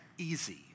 easy